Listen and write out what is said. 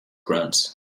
grunt